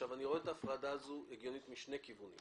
אני רואה את ההפרדה הזאת הגיונית משני כיוונים,